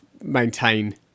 maintain